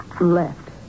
left